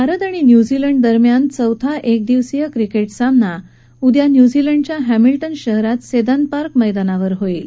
भारत आणि न्यूझीलंड दरम्यानचा चौथा एकदिवसीय क्रिकेट सामना उद्या न्यूझीलंडच्या हॅमिल्टन शहरात सेदन पार्क धिं होईल